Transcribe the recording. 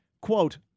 Quote